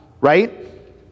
right